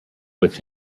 with